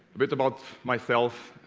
bit about myself